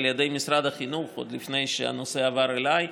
על ידי משרד החינוך עוד לפני שהנושא עבר אליי.